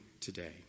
today